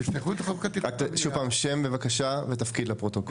רק שוב פעם שם בבקשה ותפקיד לפרוטוקול.